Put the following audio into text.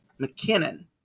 McKinnon